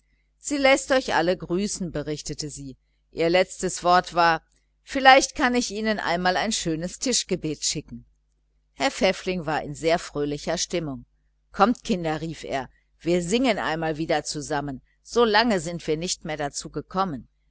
sie läßt euch alle noch grüßen berichtete sie ihr letztes wort war vielleicht kann ich ihnen auch einmal ein schönes tischgebet schicken herr pfäffling war in fröhlicher stimmung kommt kinder rief er wir singen einmal wieder zusammen wie lange sind wir nimmer dazu gekommen